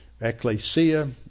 ecclesia